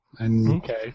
Okay